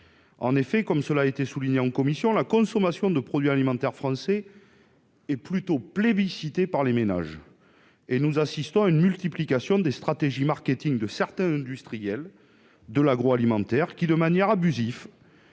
En effet, comme cela a été souligné en commission, la consommation de produits alimentaires français est plutôt plébiscitée par les ménages et nous assistons à une multiplication des stratégies marketing de certains industriels de l'agroalimentaire qui, de manière abusive,